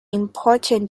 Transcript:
important